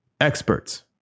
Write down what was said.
experts